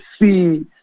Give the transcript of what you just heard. see